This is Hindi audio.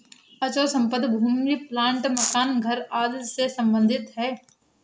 अचल संपत्ति भूमि प्लाट मकान घर आदि से सम्बंधित है